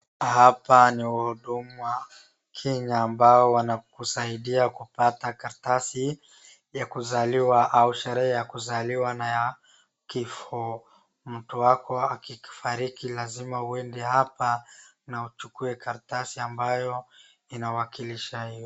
Hapa ni huduma Kenya ambao wanakusaidia kupata karatasi ya kuzaliwa au sherehe ya kuzaliwa na ya kifo. Mtu wako akifariki lazima uende hapa na uchukue karatsai ambayo inawakilisha.